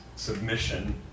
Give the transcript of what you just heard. Submission